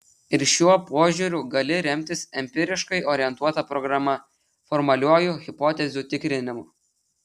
ir šiuo požiūriu gali remtis empiriškai orientuota programa formaliuoju hipotezių tikrinimu